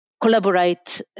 collaborate